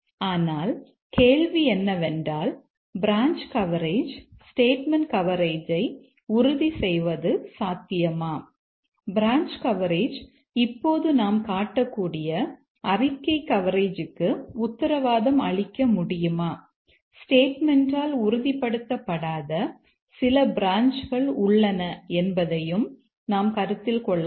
ஆனால் கேள்வி என்னவென்றால் பிரான்ச் கவரேஜ் ஸ்டேட்மெண்ட் கவரேஜை உறுதிசெய்வது சாத்தியமா பிரான்ச் கவரேஜ் இப்போது நாம் காட்டக்கூடிய அறிக்கை கவரேஜுக்கு உத்தரவாதம் அளிக்க முடியுமா ஸ்டேட்மெண்ட்யால் உறுதிப்படுத்தப்படாத சில பிரான்ச்கள் உள்ளன என்பதையும் நாம் கருத்தில் கொள்ள வேண்டும்